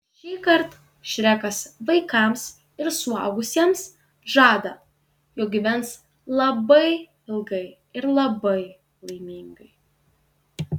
šįkart šrekas vaikams ir suaugusiems žada jog gyvens labai ilgai ir labai laimingai